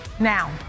Now